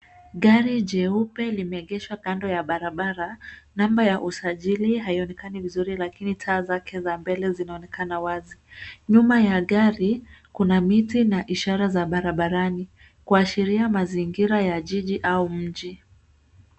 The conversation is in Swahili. Gari jeupe limeegeshwa kando ya barabara namba ya usajili haionekani vizuri lakini taa zake za mbele zinaonekana wazi. Nyuma ya gari kuna miti na ishara za barabarani kuashiria mazingira ya jiji au mji.